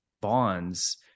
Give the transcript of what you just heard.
bonds